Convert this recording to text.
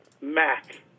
Mac